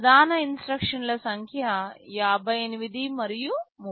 ప్రధాన ఇన్స్ట్రక్షన్ల సంఖ్య 58 మరియు 30